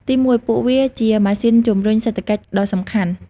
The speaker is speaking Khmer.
ទីមួយ ពួកវាជាម៉ាស៊ីនជំរុញសេដ្ឋកិច្ចដ៏សំខាន់។